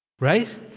right